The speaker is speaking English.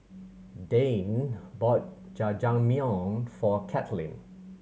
Dayne bought Jajangmyeon for Katlyn